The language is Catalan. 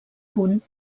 punt